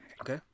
Okay